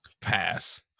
Pass